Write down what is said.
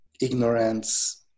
ignorance